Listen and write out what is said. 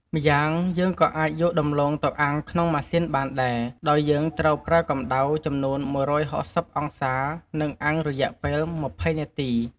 ម្យ៉ាងយើងក៏អាចយកដំទ្បូងទៅអាំងក្នុងម៉ាស៊ីនបានដែរ ដោយយើងត្រូវប្រើកម្ដៅចំនួន១៦០អង្សា និងអាំងរយៈពេល២០នាទី។